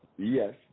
Yes